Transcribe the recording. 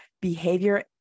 behavior